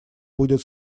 будет